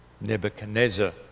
Nebuchadnezzar